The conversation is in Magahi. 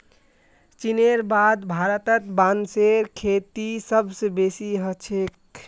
चीनेर बाद भारतत बांसेर खेती सबस बेसी ह छेक